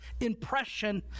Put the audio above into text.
impression